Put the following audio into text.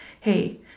hey